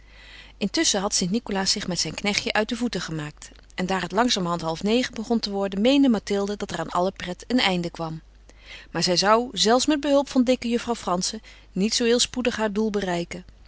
intusschen had st nicolaas zich met zijn knechtje uit de voeten gemaakt en daar het langzamerhand halfnegen begon te worden meende mathilde dat er aan alle pret een einde kwam maar zij zou zelfs met behulp van dikke juffrouw frantzen niet zoo heel spoedig haar doel bereiken